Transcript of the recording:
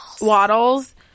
waddles